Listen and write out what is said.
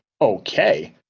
okay